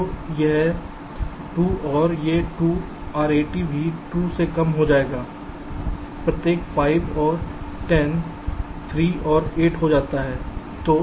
तो यह 2 और ये 2 RAT भी 2 से कम हो जाता है प्रत्येक 5 और 10 3 और 8 हो जाता है